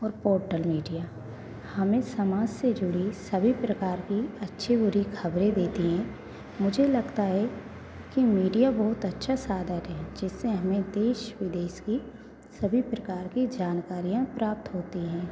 और portal media हमें समाज से जुड़ी सभी प्रकार की अच्छी बुरी खबरें देती हैं मुझे लगता है कि मीडिया बहुत अच्छा साधन है जिससे हमें देश विदेश की सभी प्रकार की जानकारियाँ प्राप्त होती हैं